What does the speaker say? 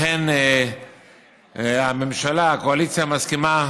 לכן הממשלה, הקואליציה, מסכימה